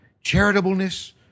charitableness